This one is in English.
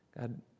God